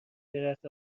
درخت